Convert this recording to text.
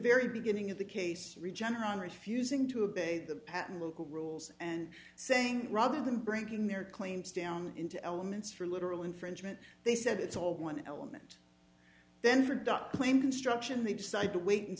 very beginning of the case re general refusing to obey the patten local rules and saying rather than bringing their claims down into elements for literal infringement they said it's all one element then for duck claim construction they decided to wait and